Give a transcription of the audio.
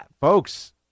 folks